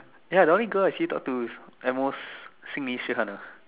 ya the only girl I see you talk to is at most Xin-Yi Shi-Han ah